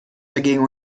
dagegen